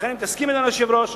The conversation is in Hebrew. לכן, אם תסכים אתנו, השר,